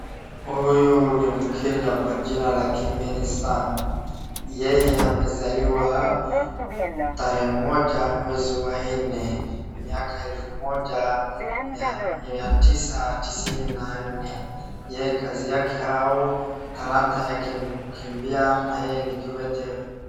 Huyu ni Mkenya kwa jina lake Kimeli Sang. Yeye amezaliwa tarehe moja mwezi wa nne ,miaka elfu moja mia tisa tisini na nne. Yeye kazi yake au talanta yake ni kukimbia na yeye ni kiwete.